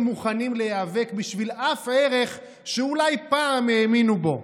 מוכנים להיאבק בשביל אף ערך שאולי פעם האמינו בו.